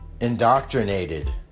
Indoctrinated